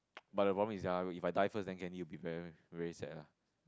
but the problem is right if I die first then Kenny will be very very sad lah